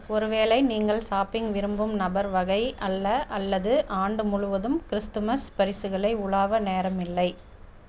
ஒருவேளை நீங்கள் ஷாப்பிங் விரும்பும் நபர் வகை அல்ல அல்லது ஆண்டு முழுவதும் கிறிஸ்துமஸ் பரிசுகளை உலாவ நேரம் இல்லை